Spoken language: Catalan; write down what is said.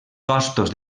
costos